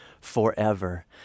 forever